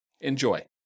Enjoy